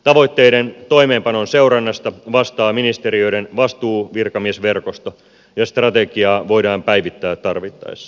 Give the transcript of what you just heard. tavoitteiden toimeenpanon seurannasta vastaa ministeriöiden vastuuvirkamiesverkosto ja strategiaa voidaan päivittää tarvittaessa